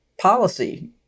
policy